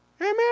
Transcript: Amen